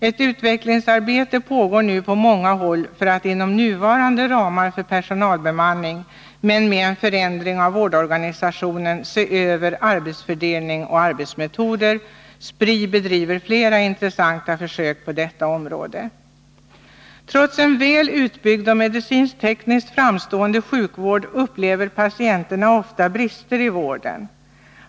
Ett utvecklingsarbete pågår nu på många håll för att inom nuvarande ramar för personalbemanning, men med en förändring av vårdorganisationen, se över arbetsfördelning och arbetsmetoder. Spri bedriver flera intressanta försök på detta område. Trots en väl utbyggd och medicinskt-tekniskt framstående sjukvård upplever patienten ofta brister i vården.